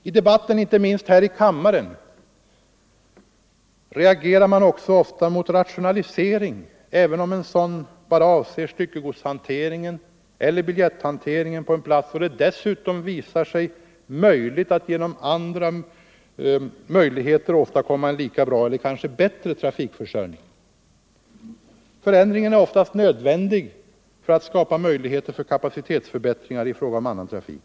Inte minst i debatten här i kammaren reagerar man ofta mot rationaliseringar, även sådana som bara avser styckegodshanteringen eller biljetthanteringen på en plats, och även om 'det visar sig möjligt att genom andra åtgärder åstadkomma en lika bra eller kanske bättre trafikförsörjning. Förändringen är ofta nödvändig för att skapa möjlig heter till kapacitetsförbättringar när det gäller annan trafik.